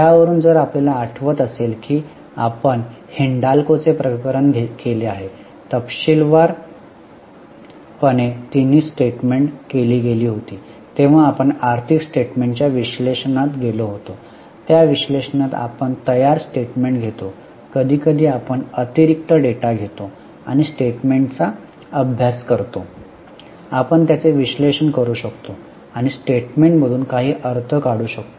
त्यावरून जर आपल्याला आठवत असेल की आपण हिंडाल्कोचे प्रकरण केले आहे आणि तपशीलवार पणे तिन्ही स्टेटमेंट केली गेली होती तेव्हा आपण आर्थिक स्टेटमेन्ट्सच्या विश्लेषणात गेलो होतो त्या विश्लेषणात आपण तयार स्टेटमेन्ट घेतो कधीकधी आपण काही अतिरिक्त डेटा घेतो आणि स्टेटमेंट्सचा अभ्यास करतो आपण त्याचे विश्लेषण करू शकतो आणि स्टेटमेंटमधून काही अर्थ काढू शकतो